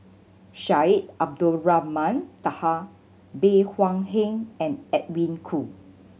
Syed Abdulrahman Taha Bey Hua Heng and Edwin Koo